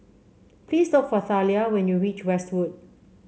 please look for Thalia when you reach Westwood